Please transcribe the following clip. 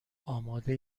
آماده